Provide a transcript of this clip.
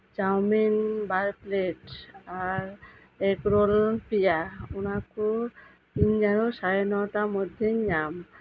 chowmein ᱵᱟᱨ plate ᱟᱨ egg roll ᱯᱮᱭᱟ ᱚᱱᱟᱠᱚ ᱤᱧ ᱡᱮᱱᱚ ᱥᱟᱲᱮ ᱱᱚᱴᱟ ᱢᱚᱫᱽᱫᱷᱮᱹ ᱨᱮᱧ ᱧᱟᱢ